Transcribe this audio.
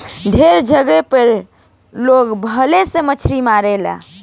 ढेरे जगह पर लोग भाला से मछली मारेला